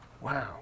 Wow